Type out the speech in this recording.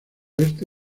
oeste